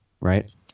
right